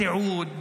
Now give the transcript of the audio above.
בסיעוד,